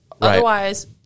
otherwise